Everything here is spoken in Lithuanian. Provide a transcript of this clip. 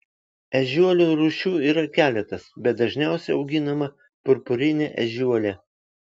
ežiuolių rūšių yra keletas bet dažniausiai auginama purpurinė ežiuolė